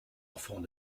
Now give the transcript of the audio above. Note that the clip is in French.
enfants